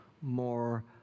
more